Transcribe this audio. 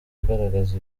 ugaragaza